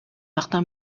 martin